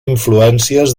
influències